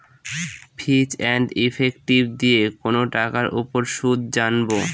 ফিচ and effective দিয়ে কোনো টাকার উপর সুদ জানবো